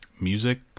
music